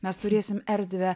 mes turėsim erdvę